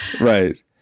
Right